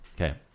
Okay